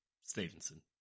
Stevenson